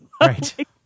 Right